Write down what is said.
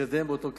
מתקדם באותו קצב.